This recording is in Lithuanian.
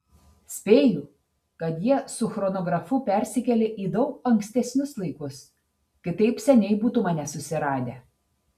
spėju kad jie su chronografu persikėlė į daug ankstesnius laikus kitaip seniai būtų mane susiradę